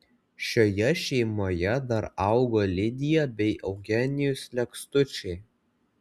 šioje šeimoje dar augo lidija bei eugenijus lekstučiai